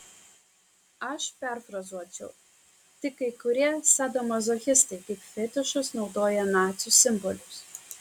aš perfrazuočiau tik kai kurie sadomazochistai kaip fetišus naudoja nacių simbolius